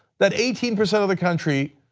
that eighteen percent of the country,